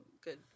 good